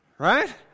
Right